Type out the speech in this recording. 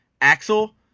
Axel